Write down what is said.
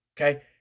Okay